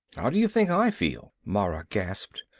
how do you think i feel? mara gasped.